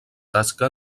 tasca